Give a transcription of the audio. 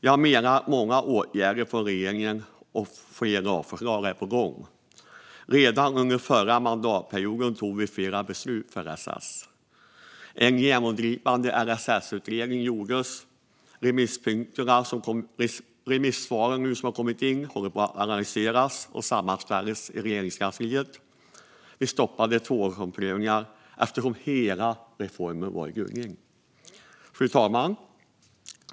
Jag menar att regeringen har vidtagit många åtgärder, och fler lagförslag är på gång. Redan under förra mandatperioden tog vi flera beslut för LSS. En genomgripande LSS-utredning gjordes. Remissvaren som har kommit in analyseras nu och sammanställs i Regeringskansliet. Vi stoppade också tvåårsomprövningar, eftersom hela reformen var i gungning. Fru talman!